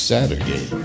Saturday